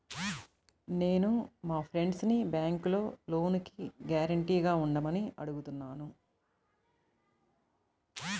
నేను మా ఫ్రెండ్సుని బ్యేంకులో లోనుకి గ్యారంటీగా ఉండమని అడుగుతున్నాను